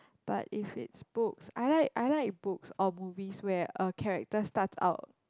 but if it's books I like I like books or movies where a character starts out